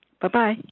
Bye-bye